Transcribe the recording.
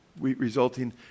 resulting